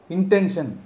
Intention